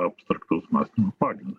abstraktaus mąstymo pagrindą